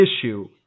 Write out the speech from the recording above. issue